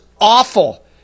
awful